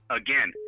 again